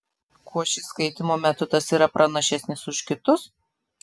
kuo šis skaitymo metodas yra pranašesnis už kitus